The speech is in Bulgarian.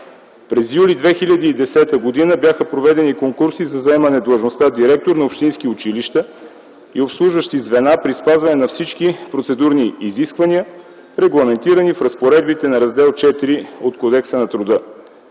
През юли 2010 г. бяха проведени конкурси за заемане длъжността директор на общински училища и обслужващи звена, при спазване на всички процедурни изисквания, регламентирани в разпоредбите на Раздел ІV от Кодекса на труда.